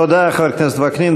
תודה, חבר הכנסת וקנין.